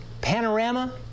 panorama